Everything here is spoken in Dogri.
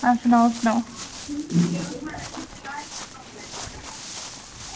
आं सनाओ सनाओ